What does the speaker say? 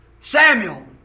Samuel